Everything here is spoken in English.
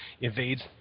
evades